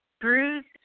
Bruised